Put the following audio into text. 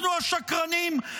אנחנו השקרנים?